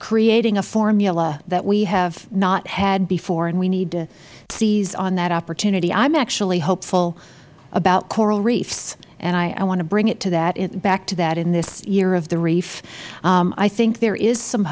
creating a formula that we have not had before and we need to seize on that opportunity i am actually hopeful about coral reefs and i want to bring it back to that in this year of the reef i think there is some